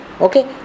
Okay